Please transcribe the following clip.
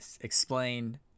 explain